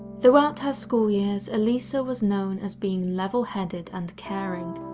throughout her school years, elisa was known as being level-headed and caring.